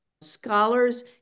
scholars